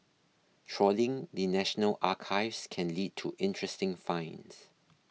trawling the National Archives can lead to interesting finds